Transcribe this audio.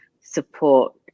support